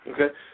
Okay